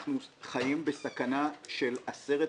אנחנו חיים בסכנה של 10,000,